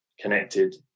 connected